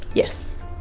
yes.